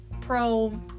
pro